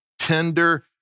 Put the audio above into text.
Tender